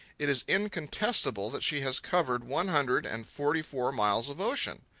it is incontestable that she has covered one hundred and forty-four miles of ocean.